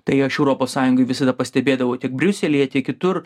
tai aš europos sąjungoj visada pastebėdavau tiek briuselyje tiek kitur